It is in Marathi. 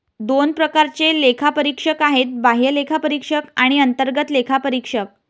दोन प्रकारचे लेखापरीक्षक आहेत, बाह्य लेखापरीक्षक आणि अंतर्गत लेखापरीक्षक